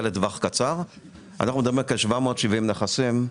לטווח קצר; אנחנו מדברים כאן על כ-770 נכסים,